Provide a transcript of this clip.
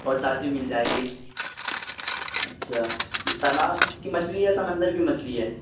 اور تازی مل جائے گی اچھا یہ تالاب کی مچھلی ہے یا سمندر کی مچھلی ہے